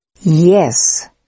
Yes